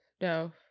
no